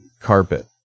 carpet